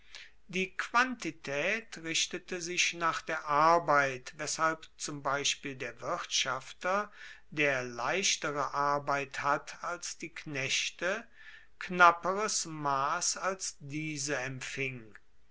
die quantitaet richtete sich nach der arbeit weshalb zum beispiel der wirtschafter der leichtere arbeit hat als die knechte knapperes mass als diese empfing